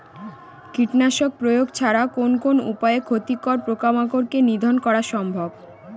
কীটনাশক প্রয়োগ ছাড়া কোন কোন উপায়ে ক্ষতিকর পোকামাকড় কে নিধন করা সম্ভব?